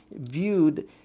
viewed